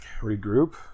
Regroup